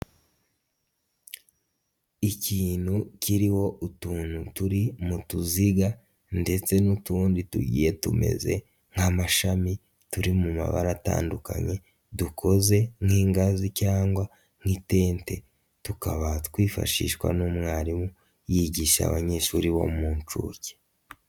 Ikintu kiriho utuntu turi mu tuziga ndetse n'utundi tugiye tumeze nk'amashami, turi mu mabara atandukanye, dukoze nk'ingazi cyangwa nk'itente, tukaba twifashishwa n'umwarimu yigisha abanyeshuri bo mu nshuke.